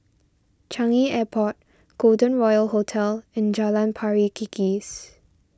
Changi Airport Golden Royal Hotel and Jalan Pari Kikis